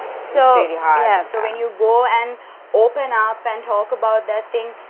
so ah yeah but when you go and open up and talk about that thing.